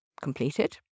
completed